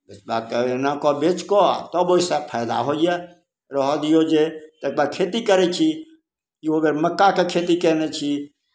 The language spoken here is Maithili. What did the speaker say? स्प्रे कऽ एना कऽ बेचि कऽ तब ओहिसँ फैदा होइए रहय दियौ जे ताहिके बाद खेती करै छी इहो बेर मक्काके खेती कयने छी